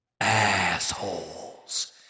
assholes